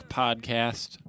podcast